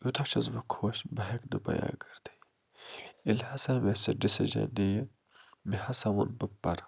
یوٗتاہ چھُس بہٕ خۄش بہٕ ہٮ۪کہٕ نہٕ بیان کٔرِتھٕے ییٚلہِ ہسا مےٚ سُہ ڈِسیٖجَن نِیہِ مےٚ ہسا ووٚن بہٕ پَرٕ